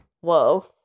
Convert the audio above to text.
Whoa